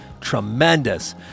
Tremendous